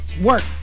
work